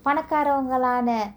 பணக்காரவங்கலான:panakaravangalana